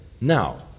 Now